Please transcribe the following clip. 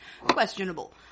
questionable